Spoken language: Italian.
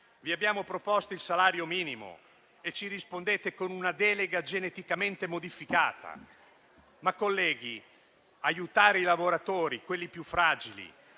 Vi abbiamo proposto il salario minimo e ci rispondete con una delega geneticamente modificata. Colleghi, aiutare i lavoratori, quelli più fragili,